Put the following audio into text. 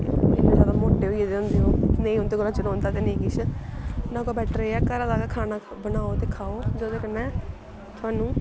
इन्ने जादा मोट्टे होई गेदे होंदे नेईं उंदे कोला चलोंदा ते नेईं किश एह्दे कोला बैटर एह् ऐ घरा दा गै खाना बनाओ ते खाओ जेह्दे कन्नै थुहानूं